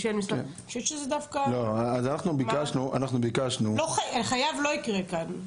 אני חושבת שזה דווקא --- חייב לא יקרה כאן.